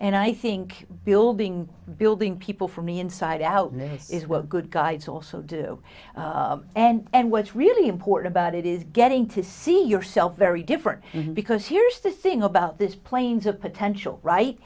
and i think building building people from the inside out now is what good guys also do and what's really important about it is getting to see yourself very different because here's the thing about this plane's a potential right